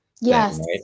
Yes